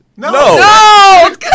No